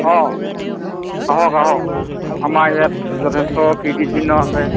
অঁ আহক আহক আমাৰ ইয়াত যথেষ্ট কীৰ্তিচিহ্ন আছে